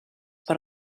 per